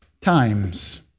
times